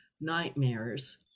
nightmares